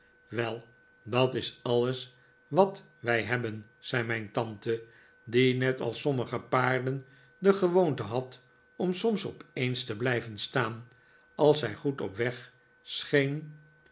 wel dat is alles wat wij hebben zei mijn tante die net als sottimige paarden de gewoonte had om soms opeens te blijven staan als zij goed op weg